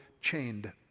chained